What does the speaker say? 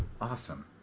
Awesome